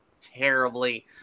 terribly